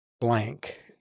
blank